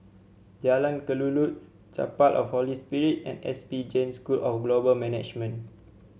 Jalan Kelulut Chapel of Holy Spirit and S P Jain School of Global Management